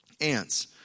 Ants